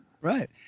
right